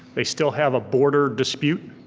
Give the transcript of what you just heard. they still have a border dispute.